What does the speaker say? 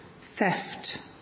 theft